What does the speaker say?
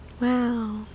Wow